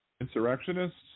insurrectionists